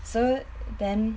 so then